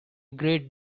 great